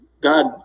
God